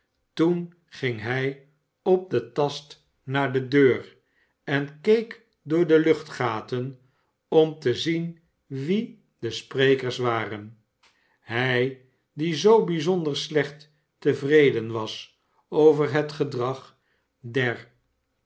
toen ging hij op den tast naar de deur en keek door de luchtgaten om te zien wie de sprekers waren hij die zoo bijzonder slecht tevreden was over het gedrag der